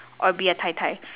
or be a Tai-Tai